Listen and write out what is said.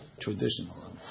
Traditional